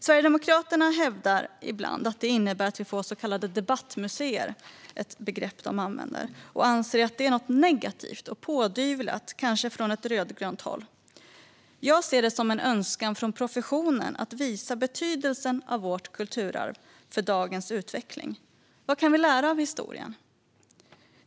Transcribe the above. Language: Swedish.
Sverigedemokraterna hävdar ibland att detta innebär att vi får så kallade debattmuseer - det är ett begrepp de använder - och anser att det är något negativt och pådyvlat, kanske från ett rödgrönt håll. Jag ser det i stället som en önskan från professionen att visa betydelsen av vårt kulturarv för dagens utveckling. Vad kan vi lära av historien?